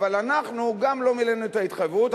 אבל אנחנו גם לא מילאנו את ההתחייבות,